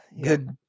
good